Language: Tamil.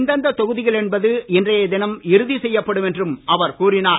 எந்தெந்த தொகுதிகள் என்பது இன்றைய தினம் இறுதி செய்யப்படும் என்றும் அவர் கூறினார்